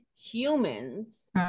humans